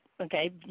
Okay